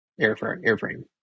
airframe